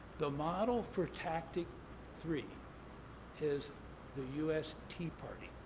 the model for tactic three is the u s. tea party.